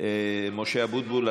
משה אבוטבול,